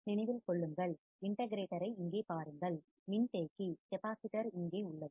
நினைவில் கொள்ளுங்கள் integrator ஐ இங்கே பாருங்கள் மின்தேக்கி கெபாசிட்டர் இங்கே உள்ளது